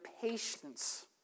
patience